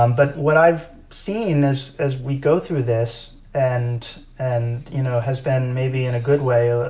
um but what i've seen as as we go through this and, and you know, has been, maybe in a good way, ah